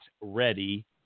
ready